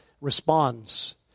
responds